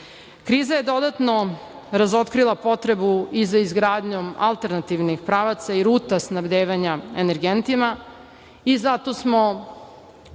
je dodatno razotkrila potrebu i za izgradnjom alternativnih pravaca i ruta snabdevanja energentima i zato smo